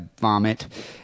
vomit